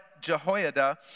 Jehoiada